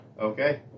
Okay